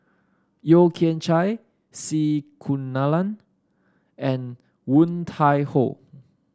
Yeo Kian Chye C Kunalan and Woon Tai Ho